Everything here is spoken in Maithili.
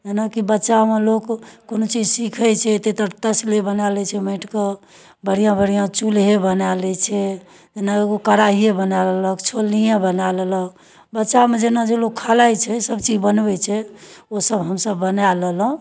जेनाकि बच्चामे लोक कोनो चीज सिखै छै तऽ तसले बना लै छै माटिके बढ़िआँ बढ़िआँ चूल्हे बना लै छै जेना ओ कराहिये बना लेलक छोलनिये बना लेलक बच्चामे जेना जे लोग खेलाइ छै सब चीज बनबै छै ओ सब हमसब बना लेलहुँ